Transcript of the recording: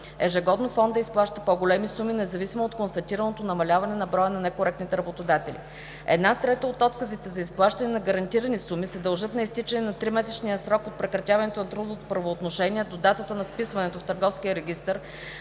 Ежегодно Фондът изплаща по-големи суми, независимо от констатираното намаляване на броя на некоректните работодатели. Една трета от отказите за изплащане на гарантирани суми се дължат на изтичане на 3-месечния срок от прекратяването на трудовото правоотношение до датата на вписването в Търговския регистър